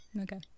Okay